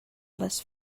les